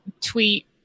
tweet